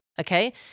Okay